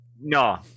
no